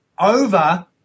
over